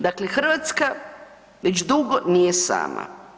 Dakle, Hrvatska već dugo nije sama.